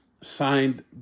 signed